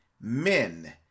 Men